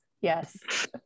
yes